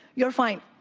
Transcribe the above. you are fine.